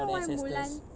all the ancestors